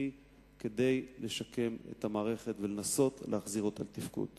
הכרחי כדי לשקם את המערכת ולנסות להחזיר אותה לתפקוד.